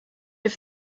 have